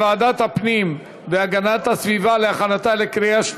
לוועדת הפנים והגנת הסביבה נתקבלה.